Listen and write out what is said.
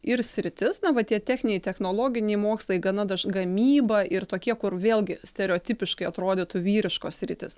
ir sritis na va tie techniniai technologiniai mokslai gana daž gamyba ir tokie kur vėlgi stereotipiškai atrodytų vyriškos sritys